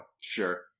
Sure